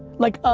like, ah,